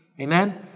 Amen